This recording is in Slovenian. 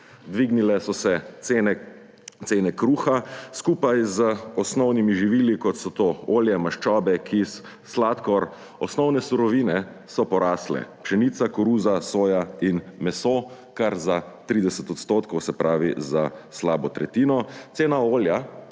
Dvignile so se cene kruha, skupaj z osnovnimi živili, kot so to olje, maščobe, kis, sladkor. Osnovne surovine so porasle – pšenica, koruza, soja in meso kar za 30 %, se pravi za slabo tretjino. Cena olja